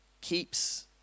keeps